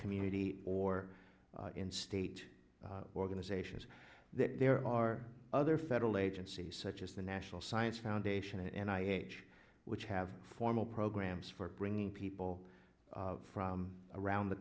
community or in state organizations that there are other federal agencies such as the national science foundation and i h which have formal programs for bringing people from around the